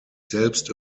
selbst